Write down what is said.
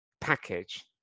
package